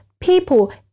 people